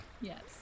Yes